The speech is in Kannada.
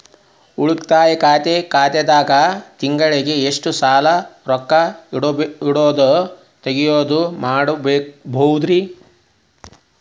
ಉಳಿತಾಯ ಖಾತೆದಾಗ ತಿಂಗಳಿಗೆ ಎಷ್ಟ ಸಲ ರೊಕ್ಕ ಇಡೋದು, ತಗ್ಯೊದು ಮಾಡಬಹುದ್ರಿ?